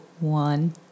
one